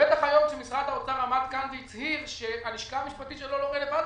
בטח היום כשמשרד האוצר עמד כאן והצהיר שהלשכה המשפטית שלו לא רלוונטית,